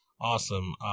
awesome